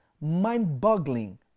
mind-boggling